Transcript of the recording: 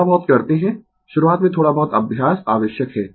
थोड़ा बहुत करते है शुरूवात में थोड़ा बहुत अभ्यास आवश्यक है